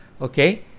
okay